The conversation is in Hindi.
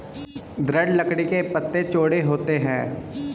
दृढ़ लकड़ी के पत्ते चौड़े होते हैं